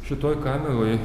šitoj kameroj